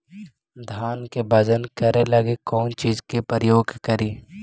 धान के बजन करे लगी कौन चिज के प्रयोग करि?